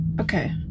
Okay